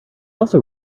also